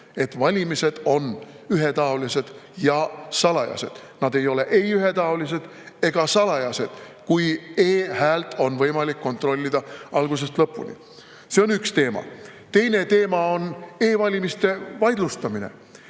et valimised on ühetaolised ja salajased. Nad ei oleks ei ühetaolised ega salajased, kui e‑häält oleks võimalik kontrollida algusest lõpuni. See on üks teema. Teine teema on e‑valimiste vaidlustamine.